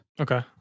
Okay